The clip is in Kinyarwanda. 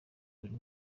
buri